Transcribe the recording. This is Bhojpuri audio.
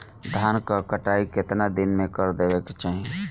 धान क कटाई केतना दिन में कर देवें कि चाही?